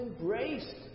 embraced